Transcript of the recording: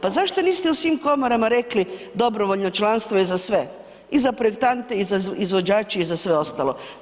Pa zašto niste u svim komorama rekli dobrovoljno članstvo je za sve i za projektante i za izvođače i za sve ostale.